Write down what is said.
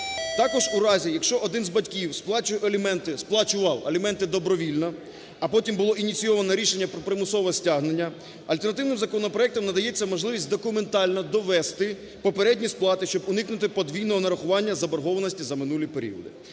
Також у разі, якщо один з батьків сплачує аліменти, сплачував аліменти добровільно, а потім було ініційовано рішення про примусове стягнення, альтернативним законопроектом надається можливість документально довести попередні сплати, щоб уникнути подвійного нарахування заборгованості за минулі періоди.